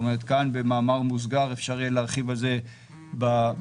כאן במאמר מוסגר יהיה אפשר להרחיב על זה בהמשך,